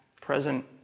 present